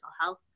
health